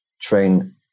train